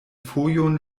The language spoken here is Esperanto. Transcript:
fojon